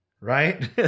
right